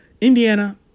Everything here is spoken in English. Indiana